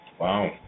Wow